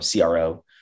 CRO